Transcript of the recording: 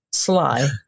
sly